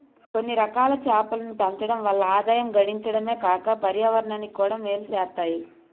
కొన్నిరకాల చేపలను పెంచడం వల్ల ఆదాయం గడించడమే కాక పర్యావరణానికి కూడా మేలు సేత్తాయి